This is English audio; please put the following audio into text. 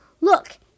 Look